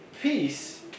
peace